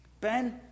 Ben